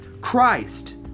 Christ